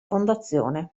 fondazione